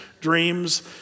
dreams